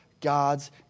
God's